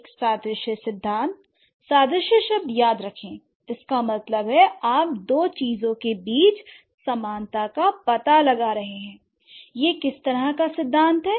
एक सादृश्य सिद्धांत सादृश्य शब्द याद रखें इसका मतलब है आपको दो चीजों के बीच समानता का पता लगाना है I यह किस तरह का सिद्धांत है